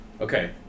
Okay